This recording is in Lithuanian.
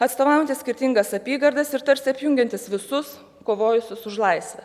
atstovaujantys skirtingas apygardas ir tarsi apjungiantys visus kovojusius už laisvę